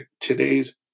today's